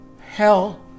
hell